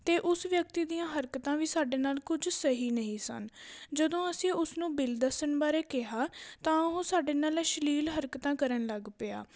ਅਤੇ ਉਸ ਵਿਅਕਤੀ ਦੀਆਂ ਹਰਕਤਾਂ ਵੀ ਸਾਡੇ ਨਾਲ ਕੁਝ ਸਹੀ ਨਹੀਂ ਸਨ ਜਦੋਂ ਅਸੀਂ ਉਸ ਨੂੰ ਬਿੱਲ ਦੱਸਣ ਬਾਰੇ ਕਿਹਾ ਤਾਂ ਉਹ ਸਾਡੇ ਨਾਲ ਅਸ਼ਲੀਲ ਹਰਕਤਾਂ ਕਰਨ ਲੱਗ ਪਿਆ